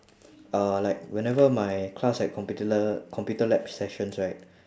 uh like whenever my class had computer la~ computer lab sessions right